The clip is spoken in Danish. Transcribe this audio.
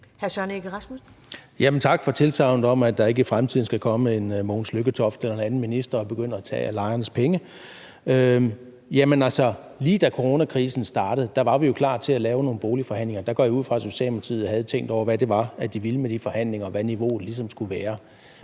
Tak for tilsagnet om, at der ikke i fremtiden skal komme en Mogens Lykketoft eller en anden minister og begynde at tage af lejernes penge. Jamen, altså, lige da coronakrisen startede, var vi jo klar til at lave nogle boligforhandlinger. Der går jeg ud fra, at Socialdemokratiet havde tænkt over, hvad det var, de ville med de forhandlinger, og hvad niveauet ligesom skulle være.